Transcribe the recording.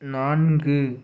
நான்கு